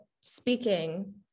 speaking